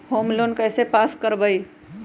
Home loan कैसे pass कर बाबई?